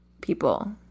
people